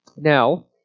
Now